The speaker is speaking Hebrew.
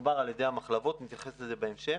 הוגבר על-ידי המחלבות, ונתייחס לזה בהמשך.